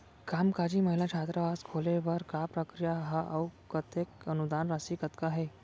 कामकाजी महिला छात्रावास खोले बर का प्रक्रिया ह अऊ कतेक अनुदान राशि कतका हे?